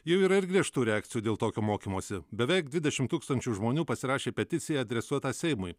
jau yra ir griežtų reakcijų dėl tokio mokymosi beveik dvidešimt tūkstančių žmonių pasirašė peticiją adresuotą seimui